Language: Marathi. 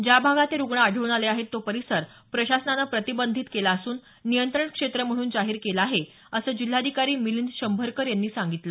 ज्या भागात हे रुग्ण आढळून आले आहेत तो परिसर प्रशासन प्रतिबंधित केला असून नियंत्रण क्षेत्र म्हणून जाहीर केला आहे असं जिल्हाधिकारी मिलिंद शंभरकर यांनी सांगितलं